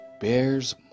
bears